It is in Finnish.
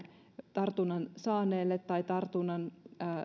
tartunnan saaneelle tai